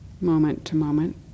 moment-to-moment